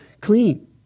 clean